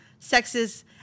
sexist